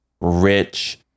rich